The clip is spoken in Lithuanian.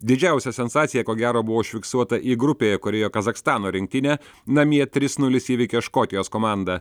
didžiausia sensacija ko gero buvo užfiksuota i grupėje kurioje kazachstano rinktinė namie trys nulis įveikė škotijos komandą